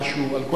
על כל פנים,